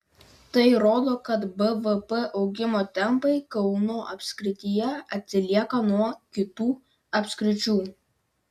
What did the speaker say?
tai rodo kad bvp augimo tempai kauno apskrityje atsilieka nuo kitų apskričių